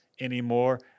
anymore